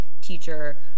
teacher